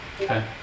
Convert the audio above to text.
Okay